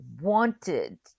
wanted